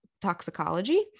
toxicology